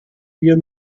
wir